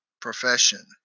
profession